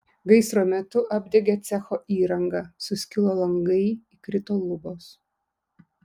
gaisro metu apdegė cecho įranga suskilo langai įkrito lubos